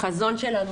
שלנו,